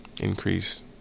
increase